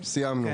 סיימנו.